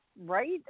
right